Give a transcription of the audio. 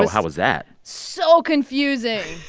how was that. so confusing.